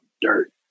dirt